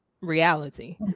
reality